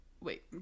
Wait